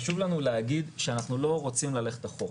חשוב לנו להגיד שאנחנו לא רוצים ללכת אחורה.